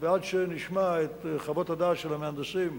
ועד שנשמע את חוות הדעת של המהנדסים.